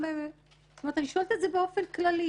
אני שואלת באופן כללי.